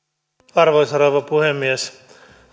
arvoisa rouva puhemies